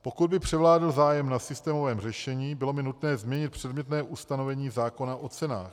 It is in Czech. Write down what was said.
Pokud by převládl zájem na systémovém řešení, bylo by nutné změnit předmětné ustanovení zákona o cenách.